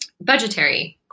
budgetary